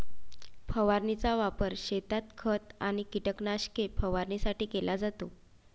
फवारणीचा वापर शेतात खत आणि कीटकनाशके फवारणीसाठी केला जातो